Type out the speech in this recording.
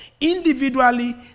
individually